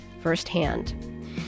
Firsthand